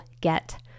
get